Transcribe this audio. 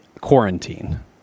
quarantine